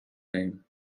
name